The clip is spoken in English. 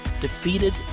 defeated